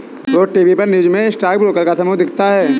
रोज TV पर news में stock broker का समूह दिखता है